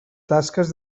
tasques